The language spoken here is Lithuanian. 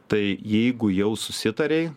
tai jeigu jau susitarei